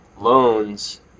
loans